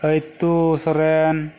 ᱟᱹᱭᱛᱩ Soren